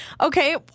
Okay